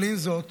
אבל עם זאת,